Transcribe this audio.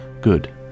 good